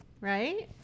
right